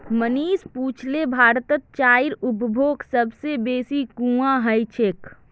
मनीष पुछले भारतत चाईर उपभोग सब स बेसी कुहां ह छेक